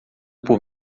por